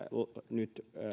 nyt